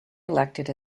elected